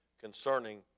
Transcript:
concerning